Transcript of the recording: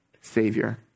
Savior